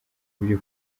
byo